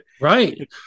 Right